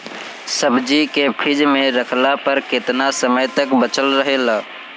सब्जी के फिज में रखला पर केतना समय तक बचल रहेला?